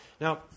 Now